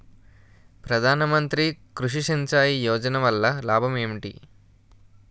ప్రధాన మంత్రి కృషి సించాయి యోజన వల్ల లాభం ఏంటి?